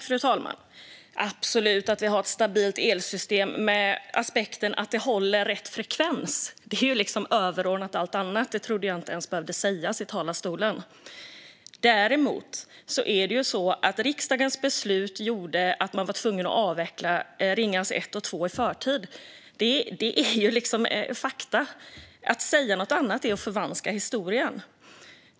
Fru talman! Att vi har ett stabilt elsystem som håller rätt frekvens är överordnat allt annat. Det trodde jag inte ens behövde sägas i talarstolen. Däremot gjorde riksdagens beslut att man var tvungen att avveckla Ringhals 1 och 2 i förtid. Det är fakta. Att säga någonting annat är att förvanska historien.